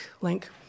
link